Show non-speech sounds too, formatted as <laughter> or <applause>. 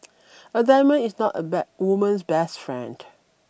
<noise> a diamond is not a bad woman's best friend